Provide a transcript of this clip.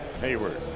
Hayward